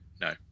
No